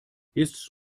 ist